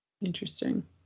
Interesting